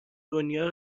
دنیا